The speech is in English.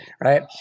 right